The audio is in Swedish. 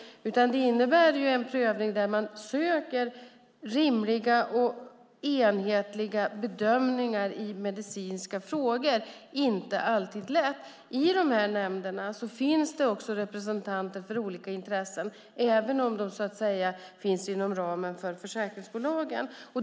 Det innebär en prövning där man söker rimliga och enhetliga bedömningar i medicinska frågor. Det är inte alltid lätt. I nämnderna finns representanter för olika intressen även om de finns inom ramen för försäkringsbolagen.